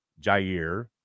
Jair